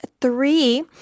three